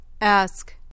Ask